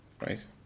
right